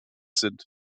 sind